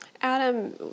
Adam